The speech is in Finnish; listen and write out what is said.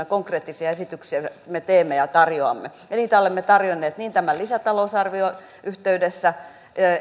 konkreettisia esityksiämme teemme ja tarjoamme ja niitä olemme tarjonneet tämän lisätalousarvion yhteydessä niin kuin